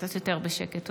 קצת יותר בשקט.